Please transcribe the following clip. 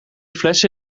flessen